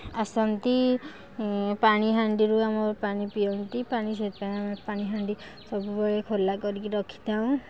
ଆସନ୍ତି ପାଣି ହାଣ୍ଡି ରୁ ଆମର ପାଣି ପିଅନ୍ତି ପାଣି ସେଇଥି ପାଇଁ ଆମେ ପାଣି ହାଣ୍ଡି ସବୁବେଳେ ଖୋଲା କରିକି ରଖିଥାଉଁ